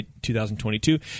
2022